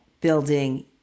building